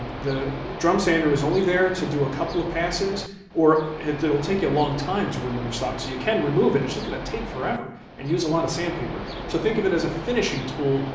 the drum sander is only there to do a couple of passes or it'll take you a long time to remove stock, so you can remove it, it's just going to take forever, and use a lot of sandpaper. so, think of it as a finishing tool,